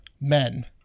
men